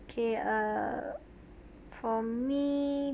okay ah for me